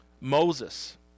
Moses